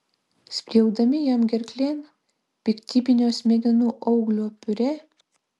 spjaudami jam gerklėn piktybinio smegenų auglio piurė